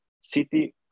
city